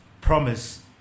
promise